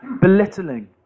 belittling